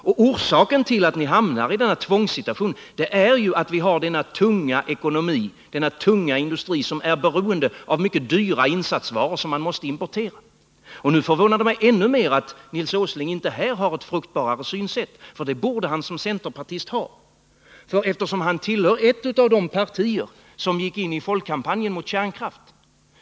Och orsaken till att ni hamnar i denna tvångssituation är denna tunga industri, som är beroende av mycket dyra insatsvaror som man måste importera. Nu förvånar det mig ännu mer att Nils Åsling inte har ett mera fruktbart synsätt, för det borde han som centerpartist ha. Han tillhör ett av de partier som gick in i folkkampanjen mot kärnkraft.